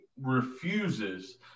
refuses